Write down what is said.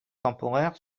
temporaire